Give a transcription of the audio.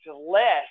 less